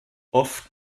oft